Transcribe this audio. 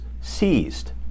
seized